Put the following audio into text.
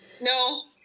No